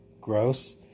Gross